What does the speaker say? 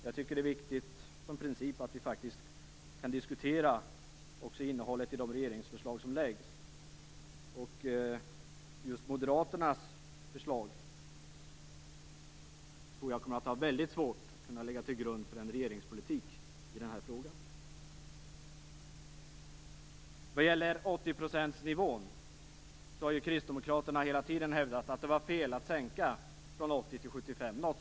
Jag tycker att det är principiellt viktigt att vi diskuterar innehållet i de regeringsförslag som läggs fram. Det kommer att vara svårt att ha Moderaternas förslag som grund för en regeringspolitik i den här frågan. Sedan var det 80-procentsnivån. Kristdemokraterna har hela tiden hävdat att det var fel att sänka nivån från 80 % till 75 %.